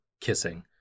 kissing